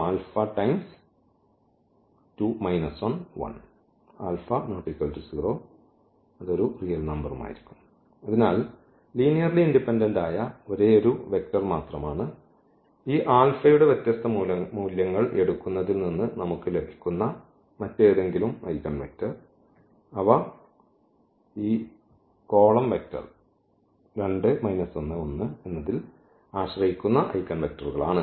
അതിനാൽ linearly independent ആയ ഒരേയൊരു ഐഗൻവെക്റ്റർ മാത്രമാണ് ഈ യുടെ വ്യത്യസ്ത മൂല്യങ്ങൾ എടുക്കുന്നതിൽ നിന്ന് നമുക്ക് ലഭിക്കുന്ന മറ്റേതെങ്കിലും ഐഗൻവെക്റ്റർ അവ ഈ ൽ ആശ്രയിക്കുന്ന ഐഗൻവെക്റ്ററുകളാണ്